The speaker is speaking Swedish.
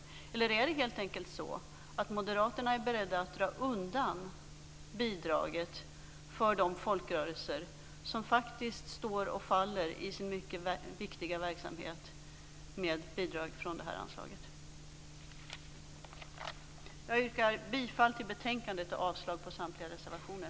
Är moderaterna helt enkelt beredda att dra undan bidraget för de folkrörelser vars mycket viktiga verksamheter står och faller med bidrag från nämnda anslag? Jag yrkar bifall till hemställan i betänkandet och avslag på samtliga reservationer.